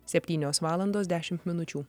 septynios valandos dešimt minučių